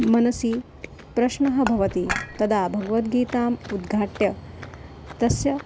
मनसि प्रश्नः भवति तदा भगवद्गीताम् उद्घाट्य तस्य